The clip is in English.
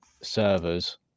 servers